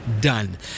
done